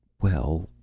well?